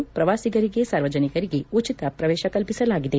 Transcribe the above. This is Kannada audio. ಕಾರಂಜಿ ಪ್ರವಾಸಿಗರಿಗೆ ಸಾರ್ವಜನಿಕರಿಗೆ ಉಚಿತ ಪ್ರವೇಶ ಕಲ್ವಿಸಲಾಗಿದೆ